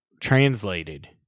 translated